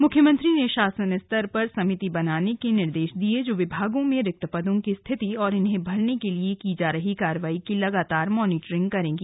मुख्यमंत्री ने शासन स्तर पर समिति बनाने के निर्देश दिए जो विभागों में रिक्त पदों की स्थिति और इन्हें भरने के लिए की जा रही कार्यवाही की लगातार मॉनिटरिंग करेगी